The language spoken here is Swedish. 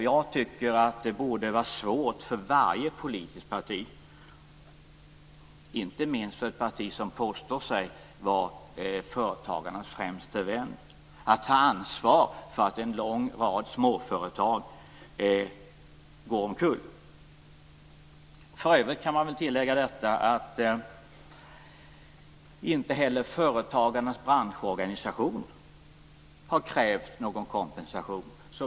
Jag tycker att det borde vara svårt för varje politiskt parti, inte minst för ett parti som påstår sig vara företagarnas främsta vän, att ta ansvar för att en lång rad småföretag går omkull. För övrigt kan jag tillägga att inte heller företagarnas branschorganisation har krävt någon kompensation.